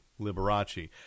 Liberace